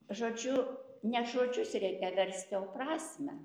žodžiu ne žodžius reikia versti o prasmę